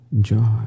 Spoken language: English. joy